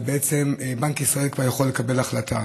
ובעצם בנק ישראל כבר יכול לקבל החלטה.